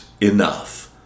enough